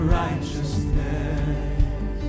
righteousness